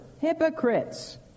hypocrites